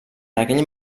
aquell